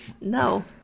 No